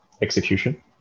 execution